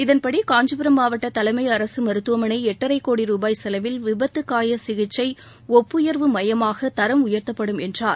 இதன்படி காஞ்சிபுரம் மாவட்ட தலைமை அரசு மருத்துவமனை எட்டரை கோடி ருபாய் செலவில் விபத்து காய சிகிச்சை ஒப்புயர்வு மையமாக தரம் உயர்த்தப்படும் என்றார்